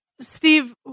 Steve